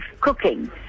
cooking